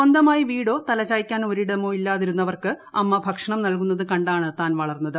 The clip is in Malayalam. സ്വന്തമായി വീട്ടേട്ട് തലചായ്ക്കാൻ ഒരിടമോ ഇല്ലാതിരുന്നവർക്ക് അമ്മ ഭക്ഷണം നൽകുന്നത് കണ്ടാണ് താൻ വളർന്നത്